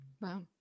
wow